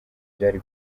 byari